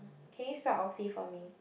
can you spell Oxley for me